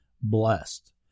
blessed